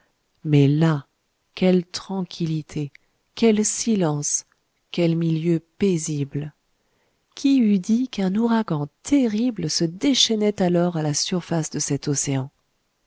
mais là quelle tranquillité quel silence quel milieu paisible qui eût dit qu'un ouragan terrible se déchaînait alors à la surface de cet océan